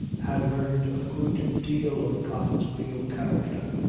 had learned a good deal of the prophet's real character,